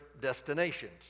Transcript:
destinations